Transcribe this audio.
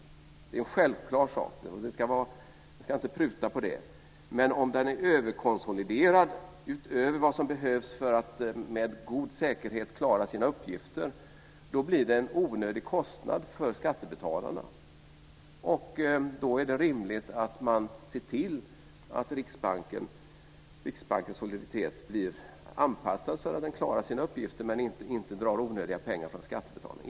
Det är en självklar sak. Vi ska inte pruta på det. Men om den är överkonsoliderad utöver vad som behövs för att med god säkerhet klara sina uppgifter blir det en onödig kostnad för skattebetalarna. Då är det rimligt att man ser till att Riksbankens soliditet blir anpassad så att den klarar sina uppgifter men inte drar onödiga pengar från skattebetalarna.